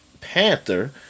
Panther